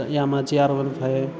यामाची R one five